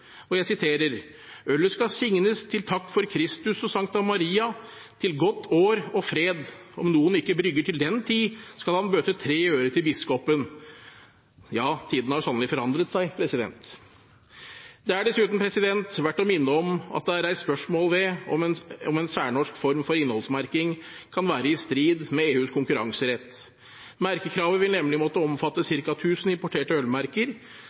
og Sankta Maria til takk, til godt år og fred. um nokon ikkje bryggjer til den tid, då skal han bøta 3 øyrar til biskopen Ja, tidene har sannelig forandret seg. Det er dessuten verdt å minne om at det er reist spørsmål ved om en særnorsk form for innholdsmerking kan være i strid med EUs konkurranserett. Merkekravet vil nemlig måtte omfatte ca. 1 000 importerte ølmerker